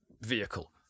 vehicle